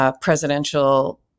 presidential